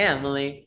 Emily